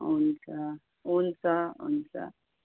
हुन्छ हुन्छ हुन्छ